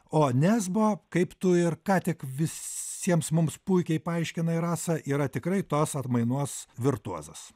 o nesbo kaip tu ir ką tik visiems mums puikiai paaiškinai rasa yra tikrai tos atmainos virtuozas